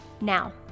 Now